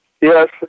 Yes